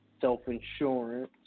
self-insurance